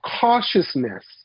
cautiousness